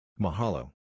Mahalo